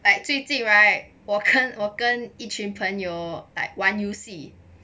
like 最近 right 我跟我跟一群朋友 like 玩游戏